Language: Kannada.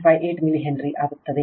58 ಮಿಲಿ ಹೆನ್ರಿ ಆಗುತ್ತದೆ